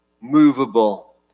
movable